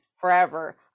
forever